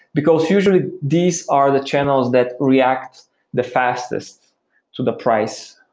because usually these are the channels that react the fastest to the price.